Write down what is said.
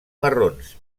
marrons